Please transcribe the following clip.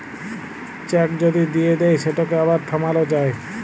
cheque যদি দিঁয়ে দেই সেটকে আবার থামাল যায়